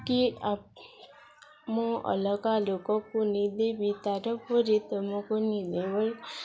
କି ଆ ମୁଁ ଅଲଗା ଲୋକ କୁ ନେଇ ଦେବି ତା'ର ପୁରିତ ମୁକୁନି ଦେବଲ